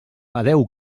adéu